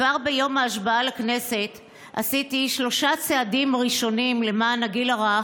כבר ביום ההשבעה לכנסת עשיתי שלושה צעדים ראשונים למען הגיל הרך,